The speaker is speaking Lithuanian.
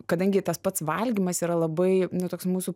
kadangi tas pats valgymas yra labai nu toks mūsų